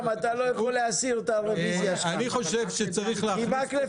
אני חושב שצריך להכניס קריטריון